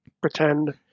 pretend